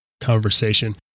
conversation